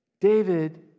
David